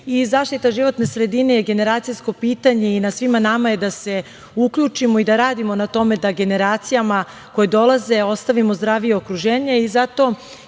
Zaštita životne sredine je generacijsko pitanje i na svima nama je da se uključimo i da radimo na tome da generacijama koje dolaze ostavimo zdravije okruženje